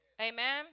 Amen